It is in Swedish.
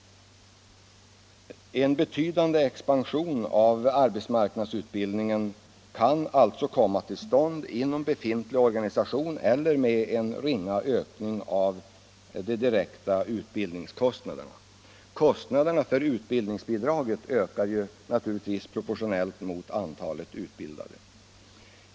En betydande expansion av arbetsmarknadsutbildningen kan alltså komma till stånd inom befintlig organisation eller med en ringa ökning av de direkta utbildningskostnaderna. Kostnaderna för utbildningsbidraget ökar naturligtvis proportionellt mot antalet utbildade.